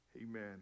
amen